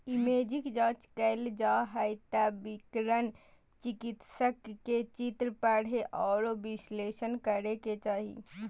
imaging जांच कइल जा हइ त विकिरण चिकित्सक के चित्र पढ़े औरो विश्लेषण करे के चाही